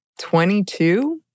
22